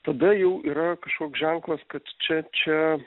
tada jau yra kažkoks ženklas kad čia čia